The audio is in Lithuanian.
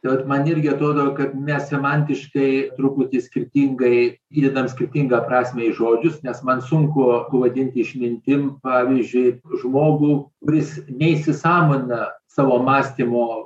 tai vat man irgi atrodo kad mes semantiškai truputį skirtingai įdedam skirtingą prasmę į žodžius nes man sunku pavadinti išmintim pavyzdžiui žmogų kuris neįsisąmonina savo mąstymo